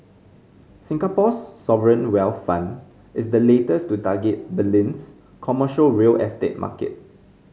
Singapore's sovereign wealth fund is the latest to target Berlin's commercial real estate market